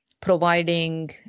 providing